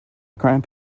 cramp